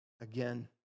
again